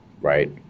right